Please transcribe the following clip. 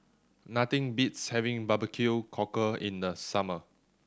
nothing beats having bbq cockle in the summer